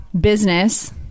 business